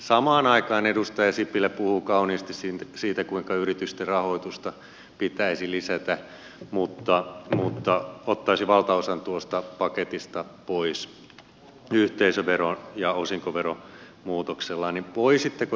samaan aikaan edustaja sipilä puhuu kauniisti siitä kuinka yritysten rahoitusta pitäisi lisätä mutta ottaisi valtaosan tuosta paketista pois yhteisövero ja osinkoveromuutoksella